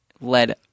led